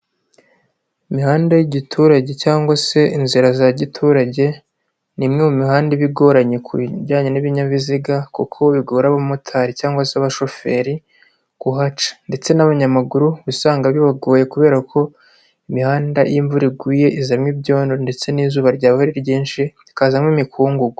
Imihanda y'igiturage cyangwa se inzira za giturage, ni imwe mu mihanda iba igoranye ku bijyanye n'ibinyabiziga, kuko bigora abamotari cyangwa se abashoferi kuhaca ndetse n'abanyamaguru uba usanga bibagoye, kubera ko imihanda iyo imvura iguye izamo ibyondo ndetse n'izuba ryaba ari ryinshi rikazamo imikungugu.